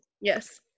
Yes